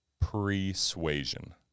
Pre-Suasion